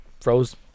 froze